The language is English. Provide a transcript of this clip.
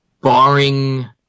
Barring